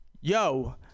yo